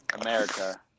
america